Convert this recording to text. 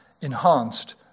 enhanced